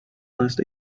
last